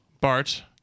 Bart